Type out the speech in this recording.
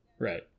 Right